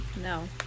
No